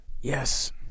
Yes